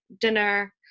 dinner